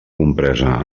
compresa